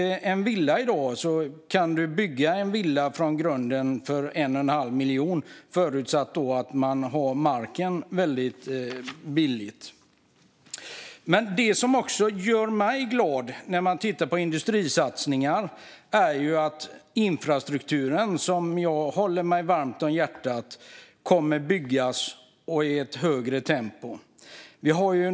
I dag kan man bygga en villa för 1,5 miljoner, förutsatt att marken är billig. Det som gör mig glad med industrisatsningar är att infrastrukturen, som ligger mig varmt om hjärtat, kommer att byggas i ett högre tempo.